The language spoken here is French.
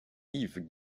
yves